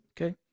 Okay